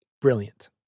Brilliant